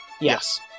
Yes